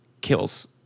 kills